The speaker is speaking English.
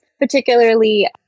particularly